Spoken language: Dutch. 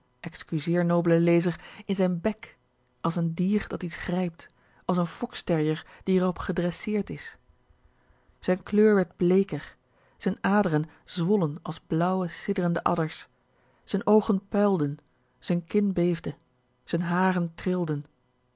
excuseer nobele lezer in zijn bèk als een dier dat iets grijpt als een foxterrier die er op gedresseerd is z'n kleur werd blééker z'n aderen zwollen als blauwe siddrende adders z'n oogen puilden z'n kin beefde z'n haren trilden